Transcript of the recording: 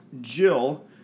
Jill